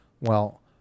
Well-